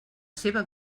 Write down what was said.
seva